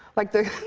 like, the